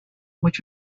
which